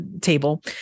table